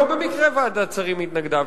לא במקרה ועדת השרים התנגדה.